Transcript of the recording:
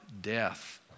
death